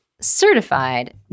certified